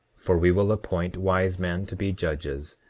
for we will appoint wise men to be judges,